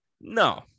No